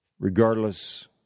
regardless